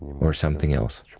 or something else.